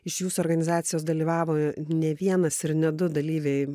iš jūsų organizacijos dalyvavo ne vienas ir ne du dalyviai